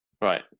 Right